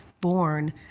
born